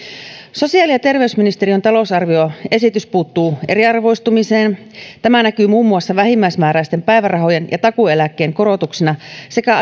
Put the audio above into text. sosiaali ja terveysministeriön talousarvioesitys puuttuu eriarvoistumiseen tämä näkyy muun muassa vähimmäismääräisten päivärahojen ja takuueläkkeen korotuksena sekä